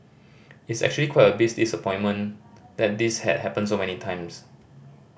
it's actually quite a big disappointment that this has happened so many times